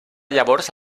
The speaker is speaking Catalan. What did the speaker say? llavors